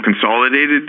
consolidated